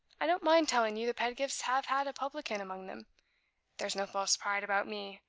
i don't mind telling you the pedgifts have had a publican among them there's no false pride about me.